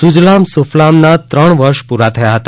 સુજલમ સુફલમના ત્રણ વર્ષ પૂર્ણ થયા હતા